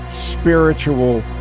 spiritual